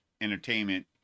entertainment